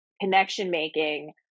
connection-making